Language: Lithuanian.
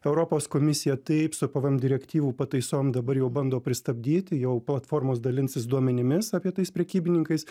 europos komisija taip su pvm direktyvų pataisom dabar jau bando pristabdyti jau platformos dalinsis duomenimis apie tais prekybininkais